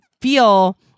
feel